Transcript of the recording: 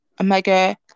Omega